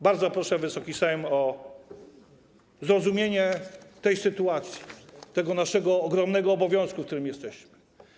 Bardzo proszę Wysoki Sejm o zrozumienie tej sytuacji, tego naszego ogromnego obowiązku, w którym jesteśmy.